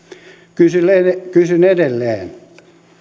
kysyn edelleen